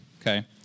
Okay